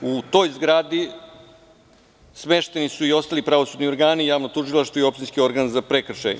U toj zgradi smešteni su i ostali pravosudni organi, javno tužilaštvo i opštinski organ za prekršaje.